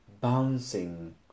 bouncing